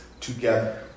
together